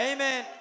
Amen